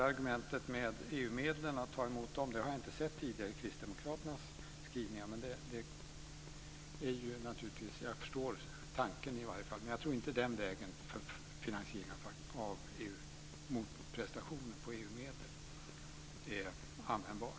Argumentet om EU-medlen, att ta emot sådana, har jag inte sett tidigare i Kristdemokraternas skrivningar, men jag förstår tanken. Jag tror inte att den vägen för finansieringen av motprestation för EU-medel är användbar.